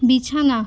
বিছানা